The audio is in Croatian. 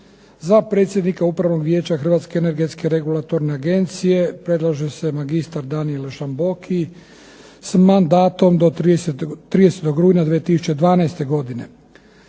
za predsjednika Upravnog vijeća Hrvatske energetske regulatorne agencije predlaže se magistar Danijel Žamboki, s mandatom do 30. rujna 2012. godine.